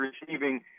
receiving